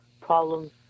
problems